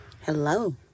Hello